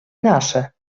nasze